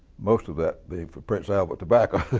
most of that being for prince albert tobacco,